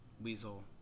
Weasel